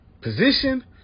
position